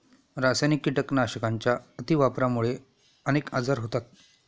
रासायनिक कीटकनाशकांच्या अतिवापरामुळे अनेक आजार होतात